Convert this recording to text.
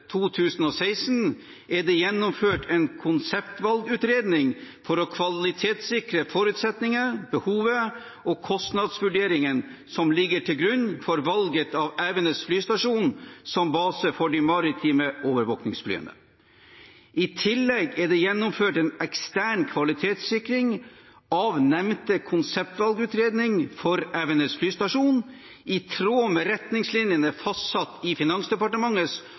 2016 er det gjennomført en konseptvalgutredning for å kvalitetssikre forutsetningen, behovet og kostnadsvurderingen som ligger til grunn for valget av Evenes flystasjon som base for de maritime overvåkningsflyene. I tillegg er det gjennomført en ekstern kvalitetssikring av nevnte konseptvalgutredning for Evenes flystasjon, i tråd med retningslinjene fastsatt i Finansdepartementets